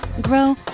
grow